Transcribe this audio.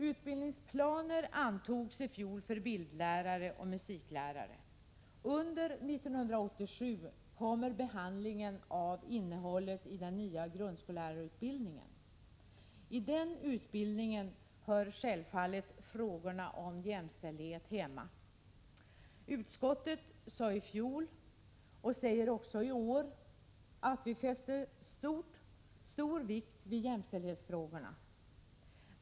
Utbildningsplaner antogs i fjol för bildlärare och musiklärare. Under 1987 kommer behandlingen av innehållet i den nya grundskollärarutbildningen. I den utbildningen hör självfallet frågorna om jämställdhet hemma. Utskottet sade i fjol, och säger också i år, att vi fäster stor vikt vid jämställdhetsfrågorna.